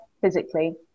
physically